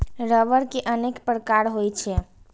रबड़ के अनेक प्रकार होइ छै